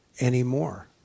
anymore